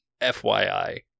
FYI